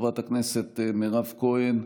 חברת הכנסת מירב כהן,